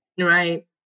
Right